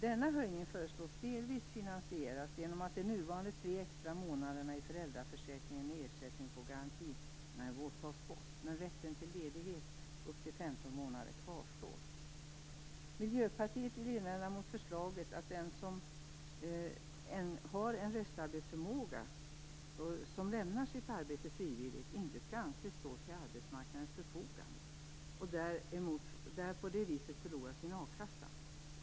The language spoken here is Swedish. Denna höjning föreslås delvis finansieras genom att de nuvarande tre extra månaderna i föräldraförsäkringen med ersättning på garantinivå tas bort. Men rätten till ledighet upp till 15 Miljöpartiet vill invända mot förslaget att den som har en restarbetsförmåga och som lämnar sitt arbete frivilligt inte skall anses stå till arbetsmarknadens förfogande och på det viset förlorar sin a-kassa.